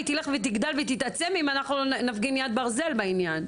היא תלך ותגדל ותתעצם אם לא נפגין יד ברזל בעניין.